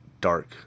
dark